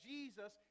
Jesus